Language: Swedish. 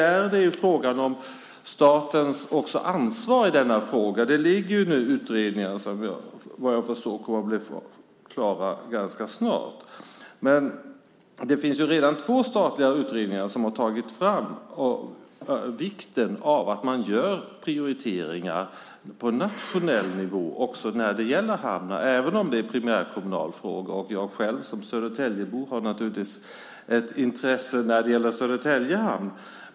Här finns också frågan om statens ansvar. Det pågår utredningar som, vad jag förstår, kommer att bli klara ganska snart. Men det finns redan två statliga utredningar som har visat på vikten av att göra prioriteringar på nationell nivå också när det gäller hamnar - även om det är en primärkommunal fråga. Jag har själv som Södertäljebo ett intresse när det gäller Södertälje Hamn.